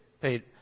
paid